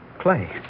Clay